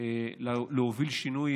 כדי להוביל שינוי,